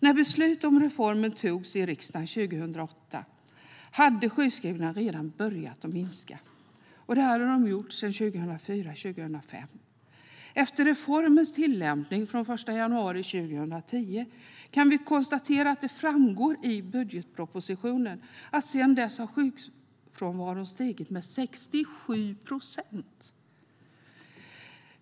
När beslut om reformen togs i riksdagen 2008 hade sjukskrivningarna börjat minska, och det hade de gjort redan sedan 2004-2005. Efter reformens tillämpning från den 1 januari 2010 kan vi konstatera, då det framgår av budgetpropositionen, att sedan dess har sjukfrånvaron stigit med 67 procent.